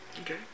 Okay